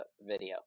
video